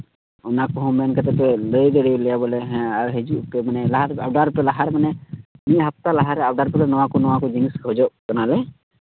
ᱚᱱᱟ ᱠᱚ ᱦᱚᱸ ᱱᱚᱝᱠᱟ ᱛᱮᱯᱮ ᱞᱟᱹᱭ ᱫᱟᱲᱮᱣᱟᱞᱮᱭᱟ ᱵᱚᱞᱮ ᱦᱮᱸ ᱟᱨ ᱦᱤᱡᱩᱜ ᱯᱮ ᱢᱟᱱᱮ ᱞᱟᱦᱟ ᱨᱮᱜᱮ ᱚᱰᱟᱨ ᱯᱮ ᱞᱟᱦᱟ ᱨᱮ ᱢᱟᱱᱮ ᱢᱤᱫ ᱦᱟᱯᱛᱟ ᱞᱟᱦᱟ ᱨᱮ ᱚᱰᱟᱨ ᱯᱚᱨᱮ ᱱᱚᱣᱟ ᱠᱚ ᱱᱚᱣᱟ ᱠᱚ ᱡᱤᱱᱤᱥ ᱠᱷᱚᱡᱚᱜ ᱠᱟᱱᱟ ᱞᱮ